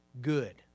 Good